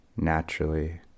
Naturally